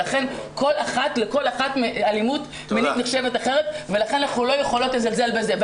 אצל כל אחת אלימות מינית נחשבת אחרת ולכן אנחנו לא יכולות לזלזל בזה.